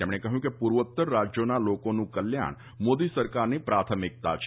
તેમણે કહ્યું કે પુર્વોત્તર રાજયોના લોકોનું કલ્યાણ મોદી સરકારની પ્રાથમિકતા છે